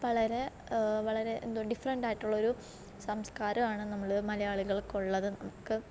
വളരെ വളരെ എന്തോ ഡിഫറൻ്റായിട്ടുള്ള ഒരു സംസ്കാരമാണ് നമ്മൾ മലയാളികൾക്കുള്ളത് നമുക്ക്